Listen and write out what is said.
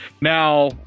Now